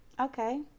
Okay